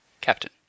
captain